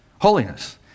holiness